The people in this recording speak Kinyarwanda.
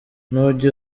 ntujya